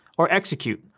or execute,